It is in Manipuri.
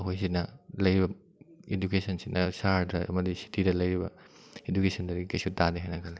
ꯑꯩꯈꯣꯏ ꯁꯤꯅ ꯂꯩꯔꯤꯕ ꯏꯗꯨꯀꯦꯁꯟ ꯁꯤꯅ ꯁꯍꯔꯗ ꯑꯃꯗꯤ ꯁꯤꯇꯤꯗ ꯂꯩꯔꯤꯕ ꯏꯗꯨꯀꯦꯁꯟꯗꯗꯤ ꯀꯩꯁꯨ ꯇꯥꯗꯦ ꯍꯥꯏꯅ ꯈꯜꯂꯤ